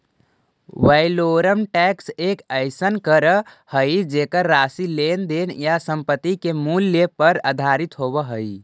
valorem tax एक अइसन कर हइ जेकर राशि लेन देन या संपत्ति के मूल्य पर आधारित होव हइ